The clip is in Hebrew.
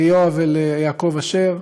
ליואב וליעקב אשר: